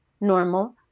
normal